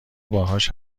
باهاش